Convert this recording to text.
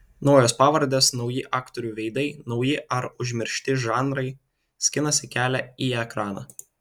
naujos pavardės nauji aktorių veidai nauji ar užmiršti žanrai skinasi kelią į ekraną